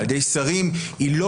על ידי שרים,